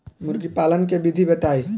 मुर्गीपालन के विधी बताई?